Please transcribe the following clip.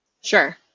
Sure